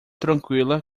tranquila